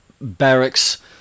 barracks